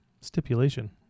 stipulation